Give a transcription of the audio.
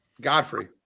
Godfrey